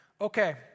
Okay